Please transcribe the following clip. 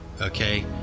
okay